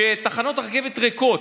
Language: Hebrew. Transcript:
שתחנות הרכבת ריקות,